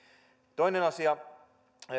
toinen asia